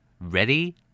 Ready